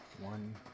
One